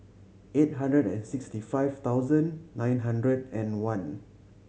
eight hundred and sixty five thousand nine hundred and one